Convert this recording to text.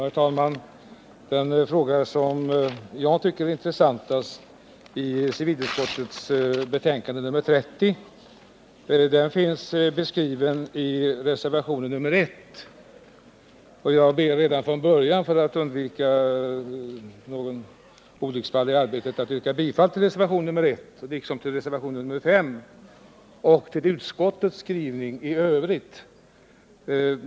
Herr talman! Den fråga som jag tycker är intressantast i civilutskottets betänkande nr 30 finns beskriven i reservationen 1. Jag ber redan från början, för att undvika olycksfall i arbetet, att få yrka bifall till reservationen 1 liksom till reservationen 5 och i övrigt till utskottets hemställan.